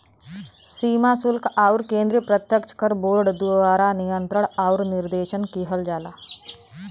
सीमा शुल्क आउर केंद्रीय प्रत्यक्ष कर बोर्ड द्वारा नियंत्रण आउर निर्देशन किहल जाला